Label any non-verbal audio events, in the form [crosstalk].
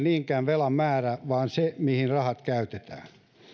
[unintelligible] niinkään velan määrä vaan se mihin rahat käytetään